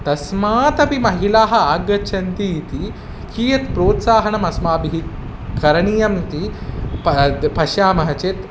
तस्मादपि महिलाः आगच्छन्ति इति कियत् प्रोत्साहनम् अस्माभिः करणीयमिति प द् पश्यामः चेत्